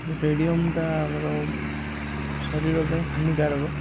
ରେଡ଼ିୟମ୍ଟା ଆମର ଶରୀର ପାଇଁ ହାନିକାରକ